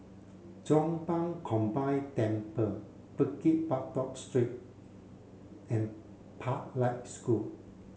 Chong Pang Combined Temple Bukit Batok Street and Pathlight School